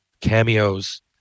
cameos